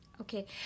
Okay